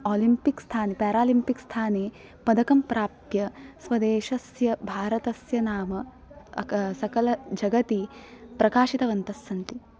Olympic स्थाने Paralympic स्थाने पदकं प्राप्य स्वदेशस्य भारतस्य नाम सक सकलजगति प्रकाशितवन्तः सन्ति